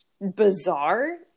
bizarre